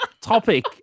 topic